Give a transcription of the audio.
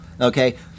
okay